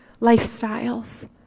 lifestyles